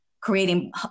creating